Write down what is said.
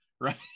right